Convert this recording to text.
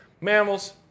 Mammals